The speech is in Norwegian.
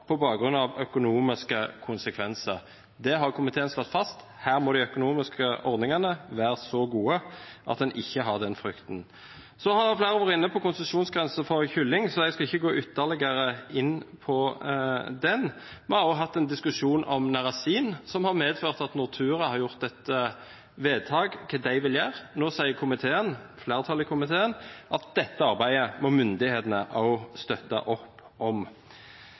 på bakgrunn av økonomiske konsekvenser. Det har komiteen slått fast. Her må de økonomiske ordningene være så gode at en ikke har den frykten. Flere har vært inne på konsesjonsgrensen for kylling, så jeg skal ikke gå ytterligere inn på den. Vi har også hatt en diskusjon om narasin, som har medført at Nortura har gjort et vedtak om hva de vil gjøre. Nå sier flertallet i komiteen at dette arbeidet må myndighetene også støtte opp om.